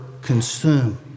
consume